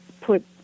put